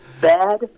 bad